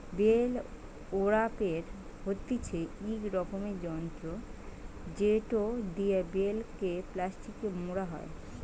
bell ওরাপের হতিছে ইক রকমের যন্ত্র জেটো দিয়া বেল কে প্লাস্টিকে মোড়া হই